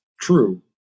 true